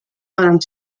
varen